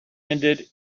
ended